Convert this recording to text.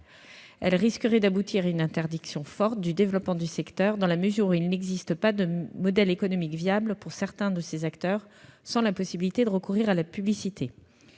Elle risquerait en effet de représenter un obstacle important au développement du secteur, dans la mesure où il n'existe pas de modèle économique viable pour certains de ces acteurs sans la possibilité de recourir à la publicité.